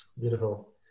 Beautiful